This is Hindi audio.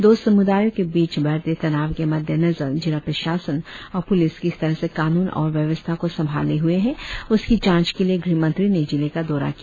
दो समुदायों के बीच बढ़ते तनाव के मद्देनजर जिला प्रशासन और प्रलिस किस तरह से कानून और व्यवस्था को संभाले हुए है उसकी जांच के लिए गृह मंत्री ने जिले का दौरा किया